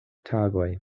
tagoj